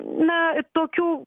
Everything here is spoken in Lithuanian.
na tokių